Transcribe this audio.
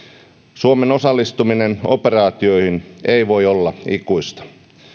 suomen osallistuminen operaatioihin ei voi olla ikuista